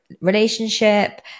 relationship